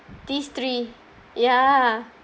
these three ya